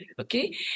Okay